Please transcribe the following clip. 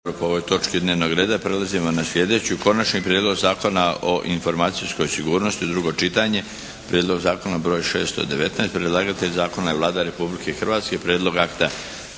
Darko (HDZ)** Prelazimo na sljedeću - Konačni prijedlog Zakona o informacijskoj sigurnosti, drugo čitanje, P.Z.E. br. 619 Predlagatelj zakona je Vlada Republike Hrvatske. Prijedlog akta